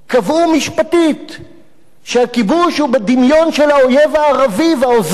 שהכיבוש הוא בדמיון של האויב הערבי והעוזרים שלו מן השמאל הישראלי.